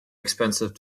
expensive